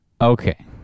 Okay